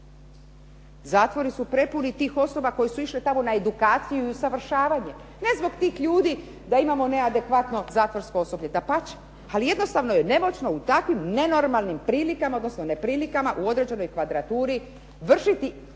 Zatvori su prepuni tih osoba koji su išle tamo na edukaciju i usavršavanje ne zbog tih ljudi da imamo neadekvatno zatvorsko osoblje. Dapače, ali jednostavno je nemoćno u takvim nenormalnim prilikama odnosno neprilikama u određenoj kvadraturi vršiti uopće